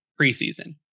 preseason